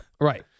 Right